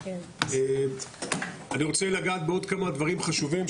אני רוצה לגעת בעוד כמה דברים חשובים,